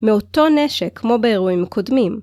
מאותו נשק כמו באירועים קודמים.